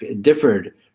differed